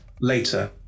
later